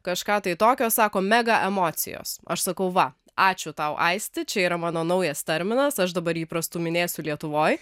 kažką tai tokio sako mega emocijos aš sakau va ačiū tau aisti čia yra mano naujas terminas aš dabar jį prastūminėsiu lietuvoj